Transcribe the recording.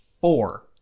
four